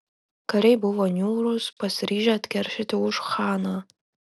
kariai buvo niūrūs pasiryžę atkeršyti už chaną